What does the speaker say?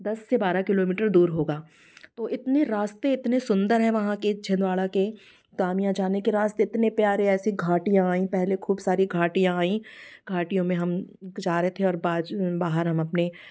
दस से बारह किलोमीटर दूर होगा तो इतने रास्ते इतने सुंदर है वहाँ के छिंदवाड़ा के तामिया जाने के रास्ते इतने प्यारे ऐसी घाटियाँ आईं पहले खूब सारी घाटियाँ आईं घाटियों में हम जा रहे थे और बाहर हम अपने